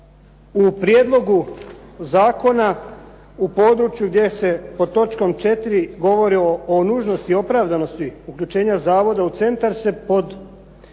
U prijedlogu zakona u području gdje se pod točkom 4. govori o nužnosti i opravdanosti uključena zavoda u centar se pod